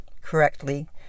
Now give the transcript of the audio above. correctly